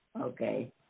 Okay